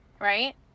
right